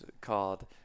called